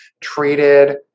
treated